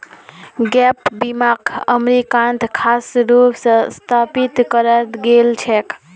gap बीमाक अमरीकात खास रूप स स्थापित कराल गेल छेक